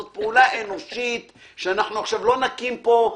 זאת פעולה אנושית שאנחנו עכשיו לא נקים פה --- אדוני,